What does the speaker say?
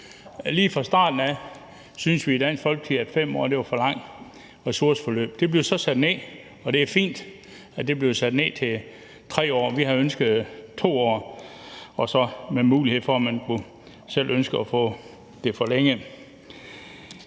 Lige fra starten af har vi i Dansk Folkeparti syntes, at 5 år var for lang tid til ressourceforløbet. Det blev så sat ned, og det er fint, at det er blevet sat ned til 3 år. Vi havde jo ønsket 2 år og så med mulighed for, at man selv kunne ønske at få det forlænget.